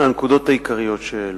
לנקודות העיקריות שהעלו.